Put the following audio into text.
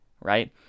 right